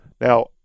now